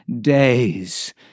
days